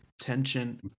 tension